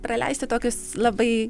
praleisti tokius labai